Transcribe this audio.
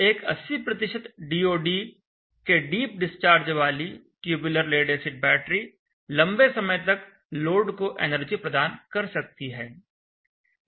एक 80 डीओडी के deep discharge वाली ट्यूब्युलर लेड एसिड बैटरी लंबे समय तक लोड को एनर्जी प्रदान कर सकती है